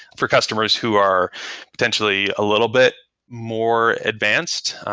for customers who are potentially a little bit more advanced,